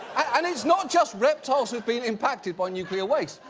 and it's not just reptiles who've been impacted by nuclear waste.